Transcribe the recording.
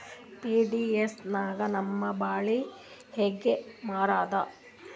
PDS ನಾಗ ನಮ್ಮ ಬ್ಯಾಳಿ ಹೆಂಗ ಮಾರದ?